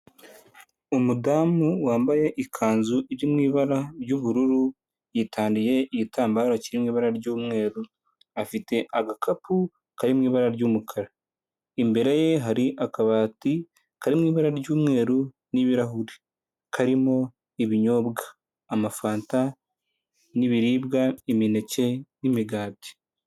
Umudamu wambaye ikanzu iri mu ibara ry'ubururu yitaniye igitambaro kirimo ibara ry'umweru, afite agakapu kari mu ibara ry'umukara ,imbere ye hari akabati kari mu ibara ry'umweru n'ibirahuri karimo ibinyobwa ,amafanta n'ibiribwa ,imineke n'imigati.